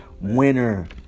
winner